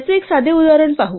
याचे एक साधे उदाहरण पाहू